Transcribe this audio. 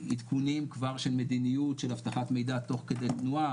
עדכונים כבר של מדיניות של אבטחת מידע תוך כדי תנועה,